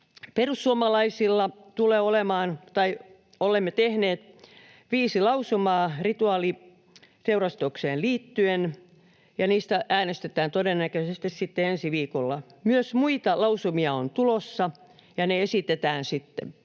perussuomalaiset olemme tehneet viisi lausumaa rituaaliteurastukseen liittyen, ja niistä äänestetään todennäköisesti sitten ensi viikolla. Myös muita lausumia on tulossa, ja ne esitetään sitten